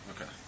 Okay